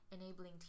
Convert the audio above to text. Enabling